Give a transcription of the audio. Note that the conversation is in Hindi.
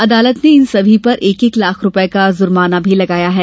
अदालत ने इन सभी पर एक एक लाख रूपये का जुर्माना भी लगाया है